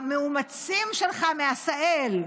המאומצים שלך מעשהאל?